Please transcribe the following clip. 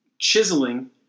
Chiseling